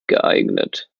geeignet